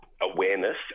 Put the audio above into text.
awareness